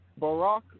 Barack